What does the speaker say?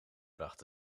bracht